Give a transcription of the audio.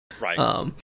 Right